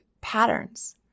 patterns